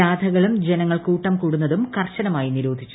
ജാഥകളും ജനങ്ങൾ കൂട്ടം കൂടുന്നതും കർശനമായി നിരോധിച്ചു